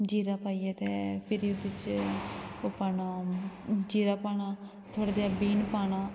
जीरा पाइयै ते फिर ओह्दे च ओह् पाना जीरा पाना थोह्ड़ा जेहा देहीं पाना